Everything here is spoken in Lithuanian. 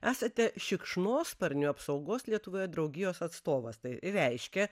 esate šikšnosparnių apsaugos lietuvoje draugijos atstovas tai reiškia